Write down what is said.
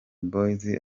boyz